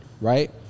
right